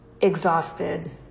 exhausted